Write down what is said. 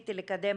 כשניסיתי לקדם